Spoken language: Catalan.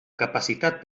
capacitat